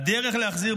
הדרך להחזיר,